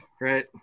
right